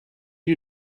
you